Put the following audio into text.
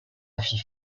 fille